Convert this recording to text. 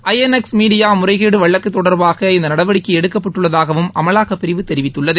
ஐ N X media முறைகேடு வழக்கு தொடர்பாக இந்த நடவடிக்கை எடுக்கப்பட்டுள்ளதாகவும் அமலாக்கப் பிரிவு தெரிவித்துள்ளது